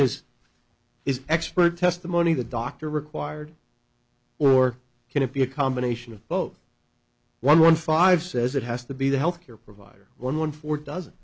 is is expert testimony the doctor required or can it be a combination of both one one five says it has to be the healthcare provider one one four doesn't